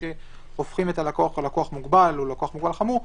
שהופכים את הלקוח ללקוח מוגבל או לקוח מוגבל חמור,